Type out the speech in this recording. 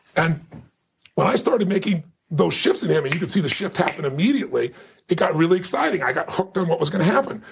and when i started making those shifts in him and you could see the shift happen immediately it got really exciting. i got hooked on what was going to happen.